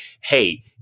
hey